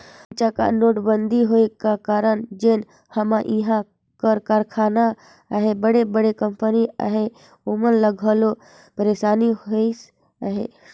अनचकहा नोटबंदी होए का कारन जेन हमा इहां कर कारखाना अहें बड़े बड़े कंपनी अहें ओमन ल घलो पइरसानी होइस अहे